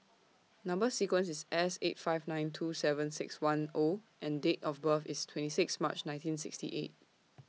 Number sequence IS S eight five nine two seven six one O and Date of birth IS twenty six March nineteen sixty eight